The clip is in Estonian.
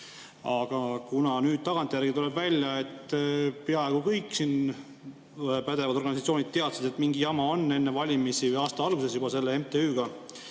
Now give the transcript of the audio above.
Aga kuna nüüd tagantjärgi tuleb välja, et peaaegu kõik pädevad organisatsioonid teadsid, et mingi jama on enne valimisi või aasta alguses juba selle MTÜ‑ga,